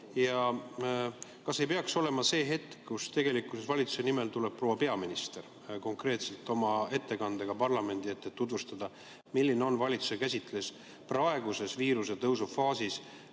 praegu ei peaks olema see hetk, kus valitsuse nimel tuleb proua peaminister oma ettekandega parlamendi ette, et tutvustada, milline on valitsuse käsitlus praeguses viiruse tõusufaasis